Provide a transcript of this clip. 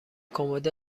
کمد